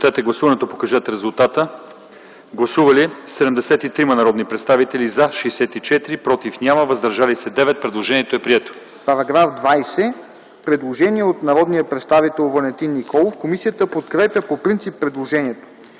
Параграф 20. Предложение от народния представител Валентин Николов. Комисията подкрепя по принцип предложението.